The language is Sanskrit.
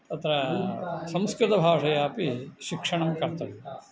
अत्र संस्कृतभाषया अपि शिक्षणं कर्तव्यं